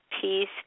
peace